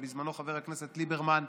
ובזמנו חבר הכנסת ליברמן,